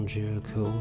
Jericho